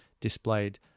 displayed